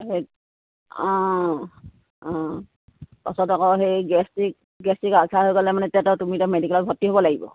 সেই অঁ অঁ পাছত আকৌ সেই গেষ্ট্ৰিক গেষ্ট্ৰিক আলচাৰ হৈ গ'লে মানে